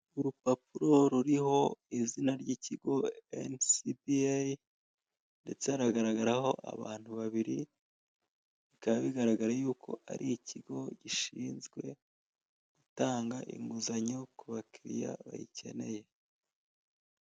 Urupapuro ruriho izina ry'ikigo enisibiyeyi ndetse haragaragaraho abantu babiri bikaba bigaragara yuko ari ikigo gishinzwe gutanga inguzanyo ku bakiriya bayikeneye.